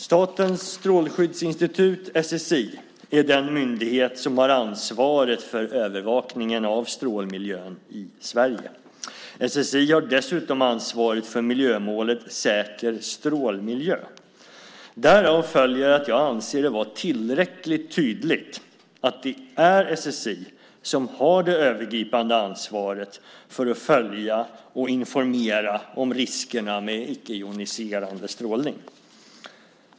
Statens strålskyddsinstitut, SSI, är den myndighet som har ansvaret för övervakningen av strålmiljön i Sverige. SSI har dessutom ansvaret för miljömålet Säker strålmiljö. Därav följer att jag anser det vara tillräckligt tydligt att det är SSI som har det övergripande ansvaret för att följa och informera om riskerna med icke-joniserande strålning.